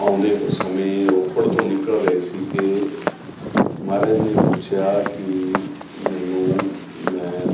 ਆਉਂਦੇ ਹ ਸਮੇਂ ਰੋਪੜ ਤੋਂ ਨਿਕਲ ਰਹੇ ਸੀ ਕਿ ਮਹਾਰਾਜ ਜੀ ਨੇ ਪੁੱਛਿਆ ਕਿ ਮੈਨੂੰ ਮੈਂ